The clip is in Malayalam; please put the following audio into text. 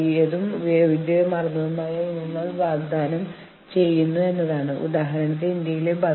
ഇപ്പോൾ അവസരമുണ്ടാകുമ്പോൾ ഇരുകൂട്ടർക്കും ഒരു കരാറിലെത്തി പരസ്പരം പ്രയോജനപ്പെടുത്താം